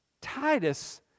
Titus